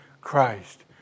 Christ